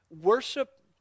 worship